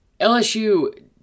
LSU